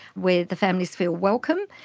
where the families feel welcome,